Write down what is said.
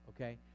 okay